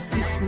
Six